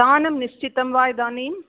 स्थानं निश्चितं वा इदानीं